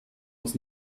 was